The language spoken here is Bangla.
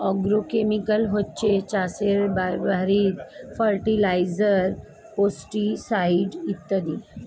অ্যাগ্রোকেমিকাল হচ্ছে চাষে ব্যবহৃত ফার্টিলাইজার, পেস্টিসাইড ইত্যাদি